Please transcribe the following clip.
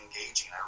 engaging